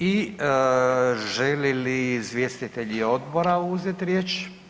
I želi li izvjestitelji odbora uzeti riječ?